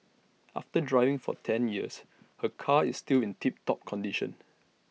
after driving for ten years her car is still in tip top condition